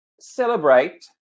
celebrate